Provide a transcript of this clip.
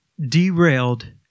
derailed